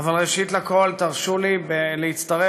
אבל ראשית לכול תרשו לי להצטרף